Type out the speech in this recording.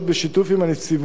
בשיתוף עם הנציבות,